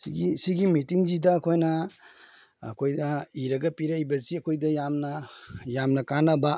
ꯁꯤꯒꯤ ꯃꯤꯇꯤꯡꯁꯤꯗ ꯑꯩꯈꯣꯏꯅ ꯑꯩꯈꯣꯏꯗ ꯏꯔꯒ ꯄꯤꯔꯛꯏꯕꯁꯤ ꯑꯩꯈꯣꯏꯗ ꯌꯥꯝꯅ ꯌꯥꯝꯅ ꯀꯥꯟꯅꯕ